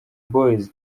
boyz